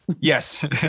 Yes